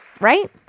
right